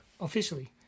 Officially